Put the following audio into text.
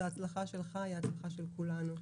וההצלחה שלך היא ההצלחה של כולנו.